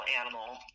animal